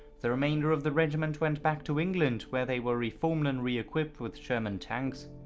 the remainder of the regiment went back to england where they were reformed and reequipped with sherman tanks.